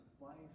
life